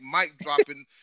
mic-dropping